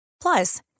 Plus